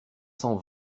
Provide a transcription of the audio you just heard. cent